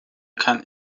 kann